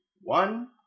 one